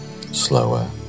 Slower